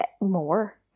more